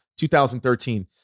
2013